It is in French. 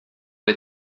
les